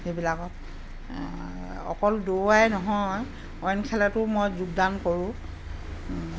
সেইবিলাকত অকল দৌৰাই নহয় অইন খেলতো মই যোগদান কৰোঁ